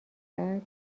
بعد